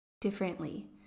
differently